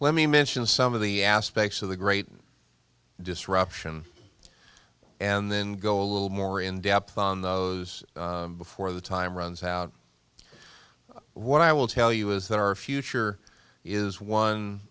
let me mention some of the aspects of the great disruption and then go a little more in depth on those before the time runs out what i will tell you is that our future is one